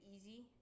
easy